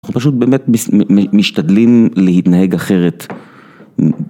אנחנו פשוט באמת משתדלים להתנהג אחרת.